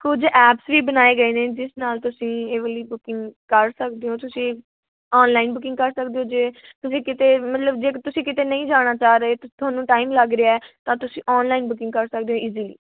ਕੁਝ ਐਪਸ ਵੀ ਬਣਾਏ ਗਏ ਨੇ ਜਿਸ ਨਾਲ ਤੁਸੀਂ ਇਹ ਵਾਲੀ ਬੁਕਿੰਗ ਕਰ ਸਕਦੇ ਹੋ ਤੁਸੀਂ ਔਨਲਾਈਨ ਬੁਕਿੰਗ ਕਰ ਸਕਦੇ ਹੋ ਜੇ ਤੁਸੀਂ ਕਿਤੇ ਮਤਲਬ ਜੇ ਤੁਸੀਂ ਕਿਤੇ ਨਹੀਂ ਜਾਣਾ ਚਾਹ ਰਹੇ ਅਤੇ ਤੁਹਾਨੂੰ ਟਾਈਮ ਲੱਗ ਰਿਹਾ ਤਾਂ ਤੁਸੀਂ ਔਨਲਾਈਨ ਬੁਕਿੰਗ ਕਰ ਸਕਦੇ ਹੋ ਈਜੀਲੀ